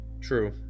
True